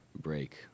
break